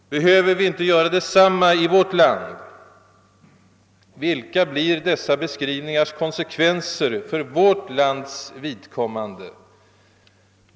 Behöver vi inte göra detsamma i vårt land? Vilka blir dessa beskrivningars konsekvenser för vårt lands vidkommande?